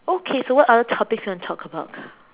okay so what other topics you want to talk about